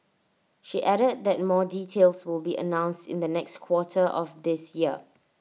she added that more details will be announced in the next quarter of this year